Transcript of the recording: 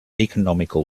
economical